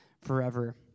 forever